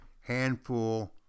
handful